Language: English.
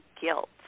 guilt